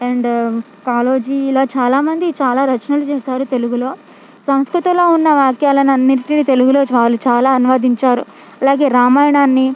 and Kaloji ఇలా చాలా మంది చాలా రచనలు చేశారు తెలుగులో సంస్కృతంలో ఉన్న వాక్యాలనన్నిటినీ తెలుగులో చాలు చాలా అనువదించారు ఇలాగే రామాయణాన్ని